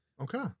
Okay